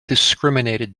discriminated